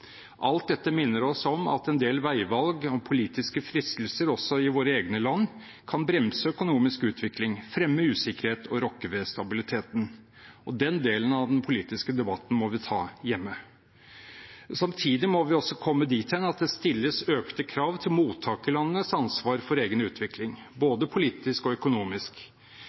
Alt dette minner oss om at en del veivalg og politiske fristelser også i våre egne land kan bremse økonomisk utvikling, fremme usikkerhet og rokke ved stabiliteten. Den delen av den politiske debatten må vi ta hjemme. Samtidig må vi også komme dit hen at det stilles økte krav til mottakerlandenes ansvar for egen utvikling, både politisk og økonomisk.